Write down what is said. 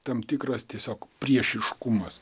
tam tikras tiesiog priešiškumas